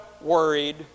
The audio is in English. worried